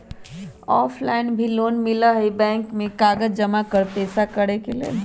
Offline भी loan मिलहई bank में कागज जमाकर पेशा करेके लेल?